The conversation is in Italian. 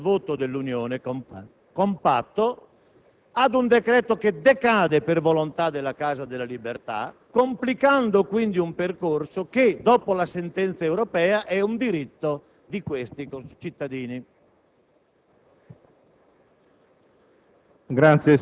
potremmo trovarci di fronte, senza il compatto voto dell'Unione, ad un decreto che decade per volontà della Casa delle Libertà, complicando, quindi, un percorso che, dopo la sentenza europea, è un diritto di questi cittadini.